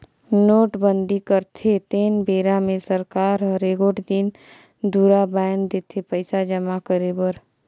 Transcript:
नोटबंदी करथे तेन बेरा मे सरकार हर एगोट दिन दुरा बांएध देथे पइसा जमा करे कर